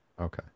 Okay